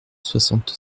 soixante